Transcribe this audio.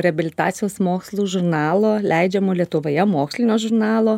reabilitacijos mokslų žurnalo leidžiamo lietuvoje mokslinio žurnalo